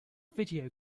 video